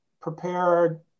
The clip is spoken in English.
prepared